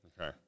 Okay